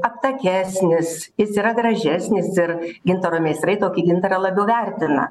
aptakesnis jis yra gražesnis ir gintaro meistrai tokį gintarą labiau vertina